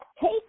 Take